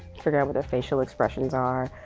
figure out what the facial expressions are.